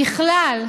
ככלל,